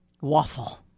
Waffle